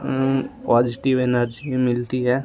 positive energy मिलती है